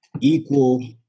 equal